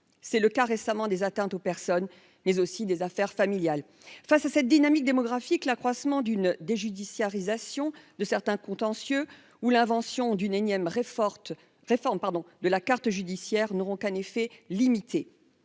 c'est le cas récemment des atteintes aux personnes, mais aussi des affaires familiales, face à cette dynamique démographique l'accroissement d'une déjudiciarisation de certains contentieux ou l'invention d'une énième réforme, réforme, pardon de la carte judiciaire n'auront qu'un effet limité